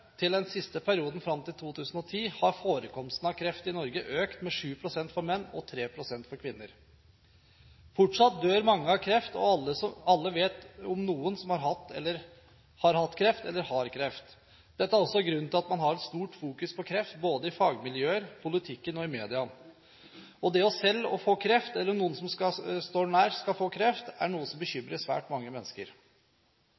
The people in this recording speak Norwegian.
til den siste perioden, fram til 2010, har forekomsten av kreft i Norge økt med 7 pst. for menn og med 3 pst. for kvinner. Fortsatt dør mange av kreft, og alle vet om noen som har hatt kreft eller har kreft. Dette er også grunnen til at man har et stort fokus på kreft både i fagmiljøer, i politikken og i media. Det at en selv skal få kreft, eller at noen som står en nær, skal få kreft, er noe som